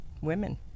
women